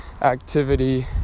activity